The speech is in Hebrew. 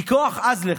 / כי כוח עז לך,